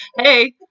Hey